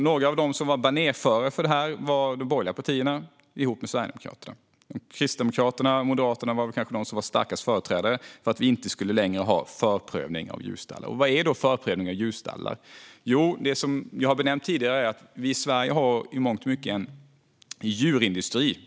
Några som var banerförare för detta var de borgerliga partierna ihop med Sverigedemokraterna. Kristdemokraterna och Moderaterna var kanske de som var starkast företrädare för att vi inte längre skulle ha förprövning av djurstallar. Vad är då förprövning av djurstallar? Som jag sagt tidigare har vi i Sverige i mångt och mycket en djurindustri.